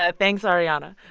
ah thanks, ariana.